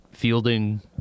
Fielding